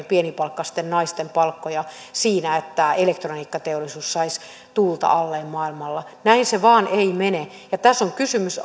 pienipalkkaisten naisten palkkoja että elektroniikkateollisuus saisi tuulta alleen maailmalla näin se vain ei mene tässä on kysymys